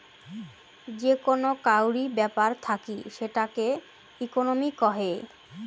যে কোন কাউরি ব্যাপার থাকি সেটাকে ইকোনোমি কহে